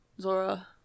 Zora